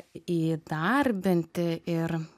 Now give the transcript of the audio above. įdarbinti ir